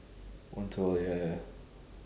once awhile ya ya ya